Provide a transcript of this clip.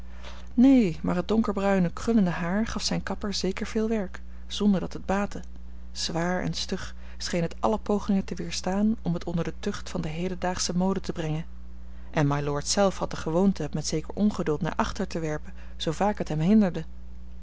neen maar het donkerbruine krullende haar gaf zijn kapper zeker veel werk zonder dat het baatte zwaar en stug scheen het alle pogingen te weerstaan om het onder de tucht van de hedendaagsche mode te brengen en mylord zelf had de gewoonte het met zeker ongeduld naar achter te werpen zoo vaak het hem hinderde